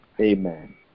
amen